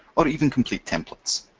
or even complete templates.